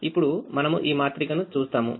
ఇప్పుడు మనము ఈ మాత్రికను చూస్తాము